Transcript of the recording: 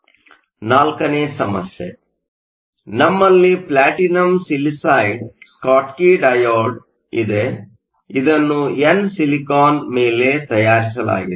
4 ನೇ ಸಮಸ್ಯೆ ನಮ್ಮಲ್ಲಿ ಪ್ಲಾಟಿನಂ ಸಿಲಿಸೈಡ್ ಸ್ಕಾಟ್ಕಿ ಡಯೋಡ್ ಇದೆ ಇದನ್ನು ಎನ್ ಸಿಲಿಕಾನ್ ಮೇಲೆ ತಯಾರಿಸಲಾಗಿದೆ